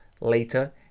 later